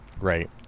Right